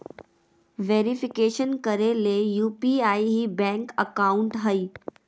verification करे ले UPI ही बैंक अकाउंट हइ